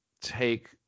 take